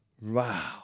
Wow